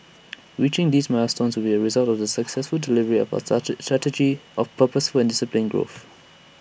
reaching these milestones will be A result of the successful delivery of our such strategy of purposeful and disciplined growth